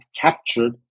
captured